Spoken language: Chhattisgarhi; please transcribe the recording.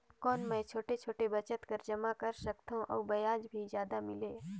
कौन मै छोटे छोटे बचत कर जमा कर सकथव अउ ब्याज भी जादा मिले?